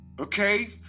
Okay